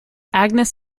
agnes